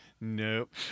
Nope